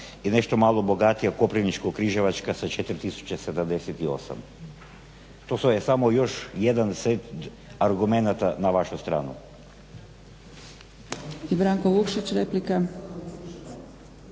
I Branko Vukšić replika.